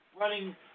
running